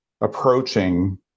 approaching